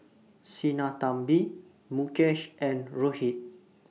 Sinnathamby Mukesh and Rohit